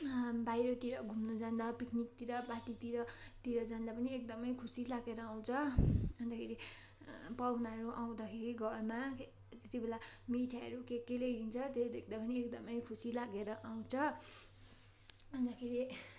बाहिरतिर घुम्नु जाँदा पिकनिकतिर पार्टीतिर तिर जाँदा पनि एकदमै खुसी लागेर आउँछ अन्तखेरि पाहुनाहरू आउँदाखेरि घरमा त्यति बेला मिठाईहरू के के ल्याइदिन्छ त्यो देख्दा पनि एकदमै खुसी लागेर आउँछ अन्तखेरि